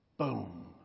Boom